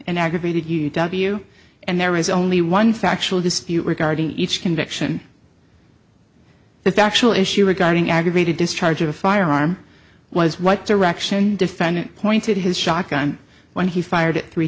and aggravated u w and there is only one factual dispute regarding each conviction the factual issue regarding aggravated discharge a firearm was what direction defendant pointed his shotgun when he fired three